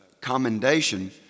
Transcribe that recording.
commendation